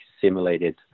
simulated